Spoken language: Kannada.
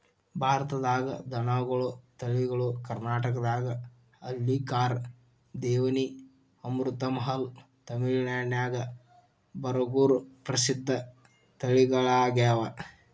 ಭಾರತದಾಗ ದನಗೋಳ ತಳಿಗಳು ಕರ್ನಾಟಕದಾಗ ಹಳ್ಳಿಕಾರ್, ದೇವನಿ, ಅಮೃತಮಹಲ್, ತಮಿಳನಾಡಿನ್ಯಾಗ ಬರಗೂರು ಪ್ರಸಿದ್ಧ ತಳಿಗಳಗ್ಯಾವ